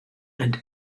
and